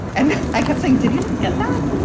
and i kept saying, did you get that?